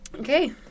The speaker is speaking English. okay